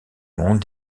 monde